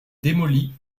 démolie